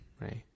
right